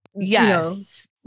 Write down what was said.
yes